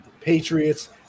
Patriots